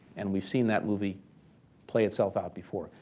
and we've seen that movie play itself out before.